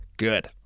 good